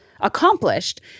accomplished